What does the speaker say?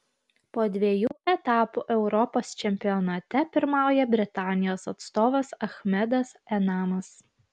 po dviejų etapų europos čempionate pirmauja britanijos atstovas achmedas enamas